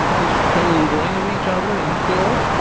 this shouldering of each other in the court,